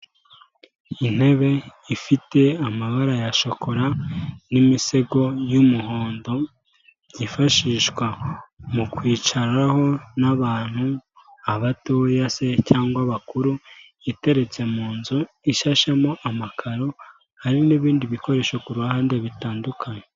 Intebe ifite amabara ya shokora n'imisego y'umuhondo byifashishwa mu kwicaraho n'abantu, abatoya se cyangwa abakuru, iteretse mu nzu ishashemo amakaro, hari n'ibindi bikoresho ku ruhande bitandukanye.